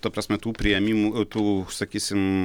ta prasme tų priėmimų tų sakysim